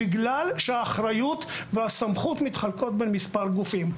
בגלל שהאחריות והסמכות מתחלקות בין מספר גופים.